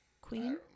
queen